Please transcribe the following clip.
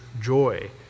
joy